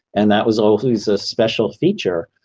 and that was always a special feature.